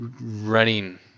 running